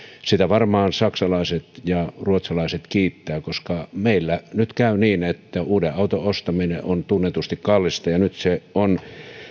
siitä varmaan saksalaiset ja ruotsalaiset kiittävät koska meillä nyt käy niin että uuden auton ostaminen on tunnetusti kallista ja nyt se on